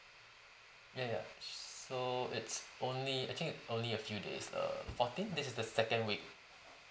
ya ya so it's only I think only a few days err fourteen this is the second week